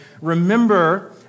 remember